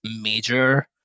major